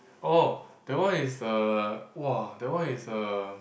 oh that one is uh [wah] that one is uh